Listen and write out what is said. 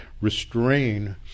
restrain